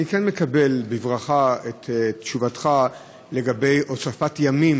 אני כן מקבל בברכה את תשובתך לגבי הוספת ימים